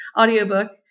audiobook